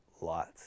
lots